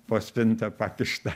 po spinta pakištą